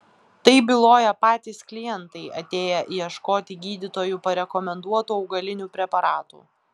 tai byloja patys klientai atėję ieškoti gydytojų parekomenduotų augalinių preparatų